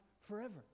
forever